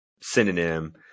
synonym